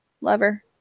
Lover